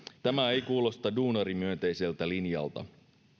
tämä ei kuulosta duunarimyönteiseltä linjalta